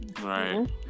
right